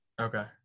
Okay